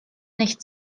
nicht